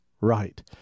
right